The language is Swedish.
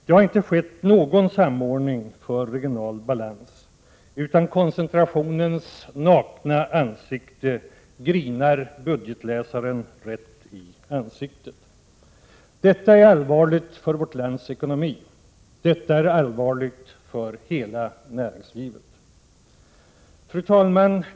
Det har inte skett någon samordning för regional balans, utan koncentrationens nakna verklighet grinar budgetläsaren rakt i ansiktet. Detta är allvarligt för vårt lands ekonomi. Detta är allvarligt för hela näringslivet. Fru talman!